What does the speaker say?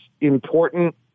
important